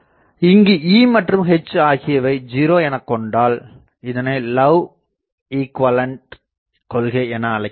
இங்கு E மற்றும் H ஆகியவை 0 எனக்கொண்டால் இதனை லவ் ஈகுவலண்ட்Love's equivalent கொள்கை என அழைக்கின்றனர்